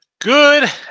Good